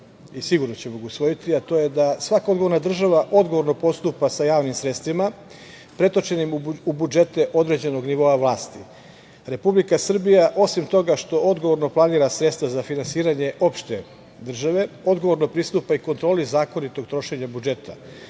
i sigurno ćemo ga usvojiti. Svaka odgovorna država odgovorno postupa sa javnim sredstvima pretočenim u budžete određenog nivoa vlasti. Republika Srbija, osim toga što odgovorno planira sredstva za finansiranje opšte države, odgovorno pristupa i kontroli zakonitog trošenja budžeta.